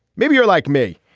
maybe you're like me.